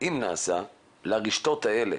אם נעשה,